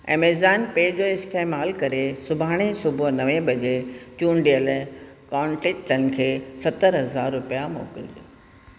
Amazon पे जो इस्तेमालु करे सुभाणे सुबुह नवें बजे चूंडियल कॉन्टेकटनि खे सतरि हज़ार रुपिया मोकिलिजो